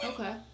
Okay